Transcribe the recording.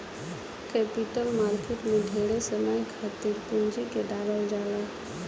capital market में ढेरे समय खातिर पूंजी के डालल जाला